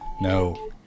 No